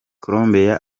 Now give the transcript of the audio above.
colombia